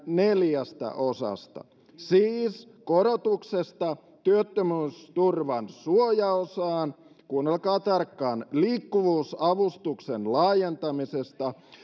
neljästä osasta siis korotuksesta työttömyysturvan suojaosaan kuunnelkaa tarkkaan liikkuvuusavustuksen laajentamisesta